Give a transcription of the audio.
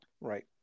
Right